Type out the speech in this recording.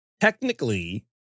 Technically